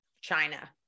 China